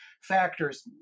factors